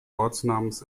ortsnamens